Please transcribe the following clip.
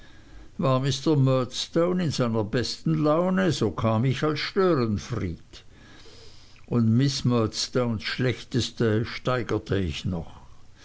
murdstone in seiner besten laune so kam ich als störenfried und miß murdstones schlechteste steigerte ich noch